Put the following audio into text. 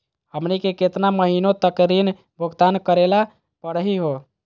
हमनी के केतना महीनों तक ऋण भुगतान करेला परही हो?